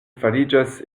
fariĝas